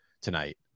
tonight